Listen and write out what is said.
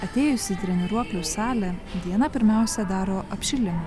atėjusi į treniruoklių salę dijana pirmiausia daro apšilimą